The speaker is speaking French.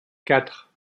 quatre